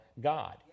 God